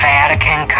Vatican